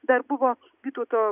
dar buvo vytauto